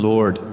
Lord